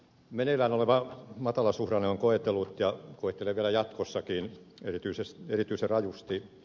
meneillään oleva matalasuhdanne on koetellut ja koettelee vielä jatkossa erityisen rajusti rakennusalaa